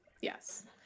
yes